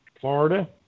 Florida